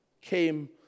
came